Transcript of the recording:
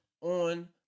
on